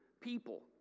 people